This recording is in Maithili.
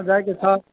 हॅं जाइके छऽ